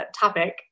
topic